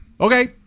Okay